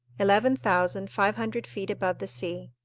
eleven thousand five hundred feet above the sea.